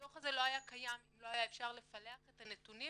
הדו"ח הזה לא היה קיים אם לא היה אפשר לפלח את הנתונים